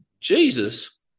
Jesus